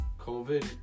COVID